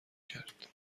کرد